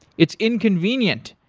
it's inconvenient.